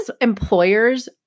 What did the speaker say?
employers